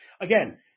Again